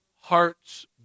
hearts